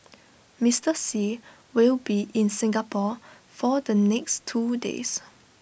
Mister Xi will be in Singapore for the next two days